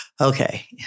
okay